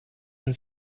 een